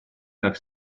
как